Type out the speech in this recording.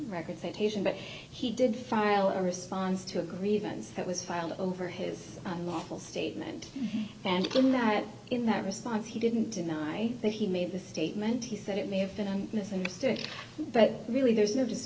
representation but he did file a response to a grievance that was filed over his unlawful statement and in that in that response he didn't deny that he made the statement he said it may have been misunderstood but really there's no just